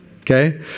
okay